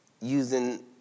using